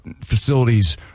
facilities